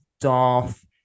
Darth